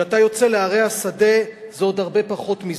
כשאתה יוצא לערי השדה זה עוד הרבה פחות מזה.